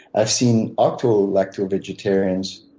i've seen octo lacto vegetarians